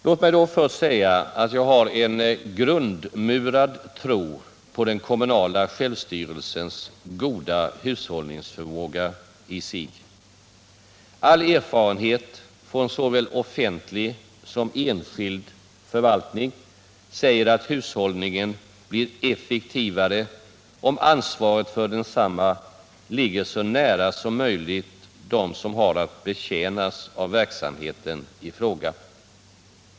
Låt mig här säga att jag har en grundmurad tro på den kommunala självstyrelsens goda hushållningsförmåga i sig. All erfarenhet från såväl offentlig som enskild förvaltning säger att hushållningen blir effektivare om ansvaret för densamma ligger så nära som möjligt dem som har att betjänas av verksamheten i fråga.